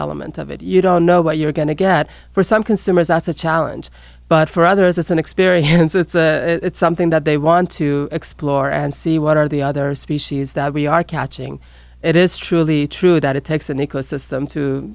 element of it you don't know what you're going to get for some consumers that's a challenge but for others it's an experience it's a something that they want to explore and see what are the other species that we are catching it is truly true that it takes an ecosystem to